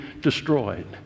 destroyed